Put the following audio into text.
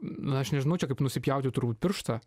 na aš nežinau čia kaip nusipjauti turbūt pirštą